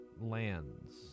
lands